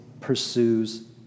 pursues